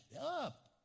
up